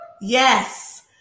yes